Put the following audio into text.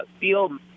feel